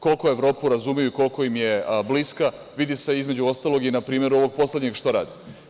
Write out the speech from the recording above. Koliko Evropu razumeju i koliko im je bliska, vidi se, između ostalog, i na primeru ovog poslednjeg što rade.